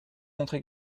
montrer